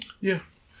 Yes